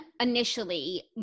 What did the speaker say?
initially